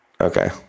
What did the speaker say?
Okay